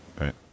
Right